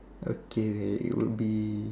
okay it would be